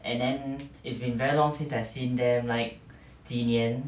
and then it's been very long since I've seen them like 几年